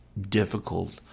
difficult